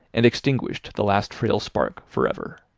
and extinguished the last frail spark for ever.